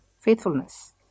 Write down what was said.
faithfulness